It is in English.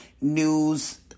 news